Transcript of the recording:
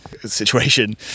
situation